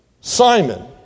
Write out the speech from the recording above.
Simon